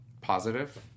Positive